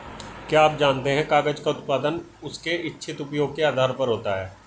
क्या आप जानते है कागज़ का उत्पादन उसके इच्छित उपयोग के आधार पर होता है?